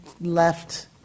left